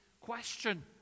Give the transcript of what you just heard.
question